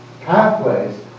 Pathways